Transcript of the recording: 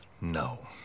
no